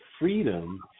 freedom